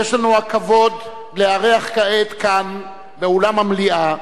יש לנו הכבוד לארח כעת כאן, באולם המליאה,